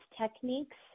techniques